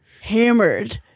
Hammered